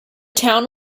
town